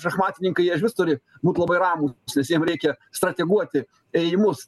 šachmatininkai jie išvis turi būti labai ramūs nes jiem reikia strateguoti ėjimus